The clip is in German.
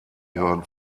hören